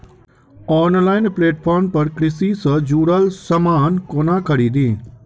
Online platform पर कृषि सँ जुड़ल समान कोना खरीदी?